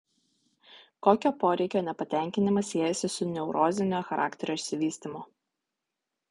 kokio poreikio nepatenkinimas siejasi su neurozinio charakterio išsivystymu